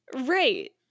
Right